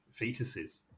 fetuses